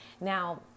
now